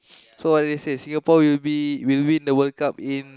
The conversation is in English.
so what they say Singapore will be will win the World-Cup in